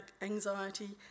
anxiety